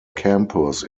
campus